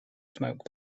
smoke